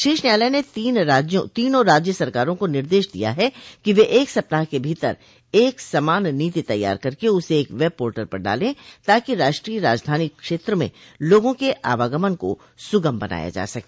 शीर्ष न्यायालय ने तीनों राज्य सरकारों का निर्देश दिया है कि वे एक सप्ताह के भीतर एक समान नीति तैयार करके उसे एक वब पोर्टल पर डालें ताकि राष्ट्रीय राजधानी क्षेत्र में लोगों के आवागमन को सुगम बनाया जा सके